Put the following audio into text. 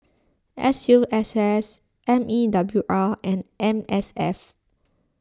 S U S S M E W R and M S F